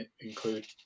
include